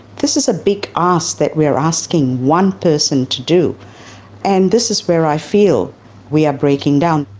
this is a big ask that we're asking one person to do and this is where i feel we are breaking down.